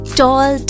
tall